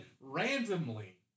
randomly